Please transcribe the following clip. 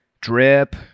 drip